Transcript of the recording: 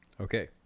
Okay